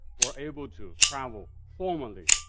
were able to travel formally,